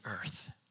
earth